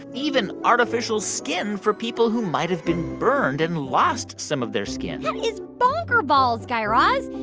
even artificial skin for people who might have been burned and lost some of their skin that is bonker-balls, guy raz.